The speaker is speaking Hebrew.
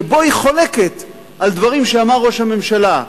שבו היא חולקת על דברים שאמר ראש הממשלה,